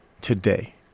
today